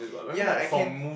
ya I can